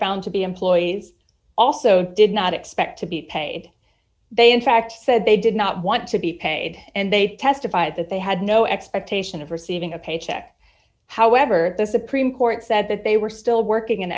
found to be employees also did not expect to be paid they in fact said they did not want to be paid and they testified that they had no expectation of receiving a paycheck however the supreme court said that they were still working